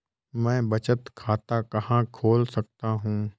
मैं बचत खाता कहाँ खोल सकता हूँ?